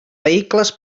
vehicles